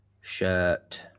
shirt